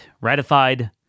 ratified